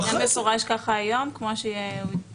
זה מפורש ככה היום כמו שהתחייבנו,